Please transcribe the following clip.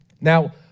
Now